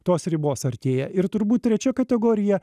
tos ribos artėja ir turbūt trečia kategorija